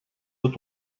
tot